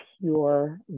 pure